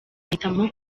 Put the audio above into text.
ahitamo